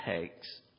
takes